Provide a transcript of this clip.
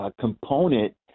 component